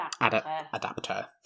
adapter